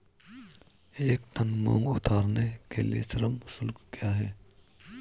एक टन मूंग उतारने के लिए श्रम शुल्क क्या है?